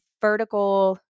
vertical